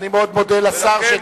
אני מודה מאוד לשר.